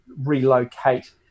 relocate